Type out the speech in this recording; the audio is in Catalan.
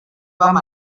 vam